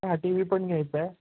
हा T V पण घ्यायचा आहे